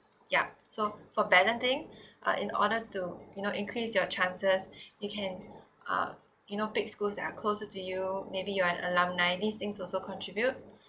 ya so for balloting uh in order to you know increase your chances you can uh you know pick schools that are closer to you maybe you're an alumni these things also contribute